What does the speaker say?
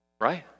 Right